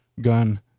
gun